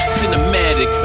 cinematic